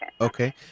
Okay